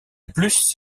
plus